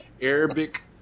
Arabic